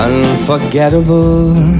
Unforgettable